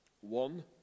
One